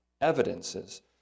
evidences